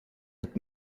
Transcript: het